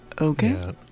okay